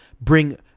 bring